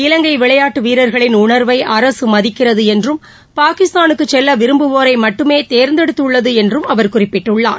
இலங்கை விளையாட்டு வீரர்களின் உணர்வை அரசு மதிக்கிறது என்றும் பாகிஸ்தானுக்குச் செல்ல விரும்புவோரை மட்டுமே தேர்ந்தெடுத்துள்ளது என்றும் அவர் குறிப்பிட்டுள்ளார்